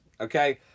okay